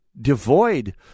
devoid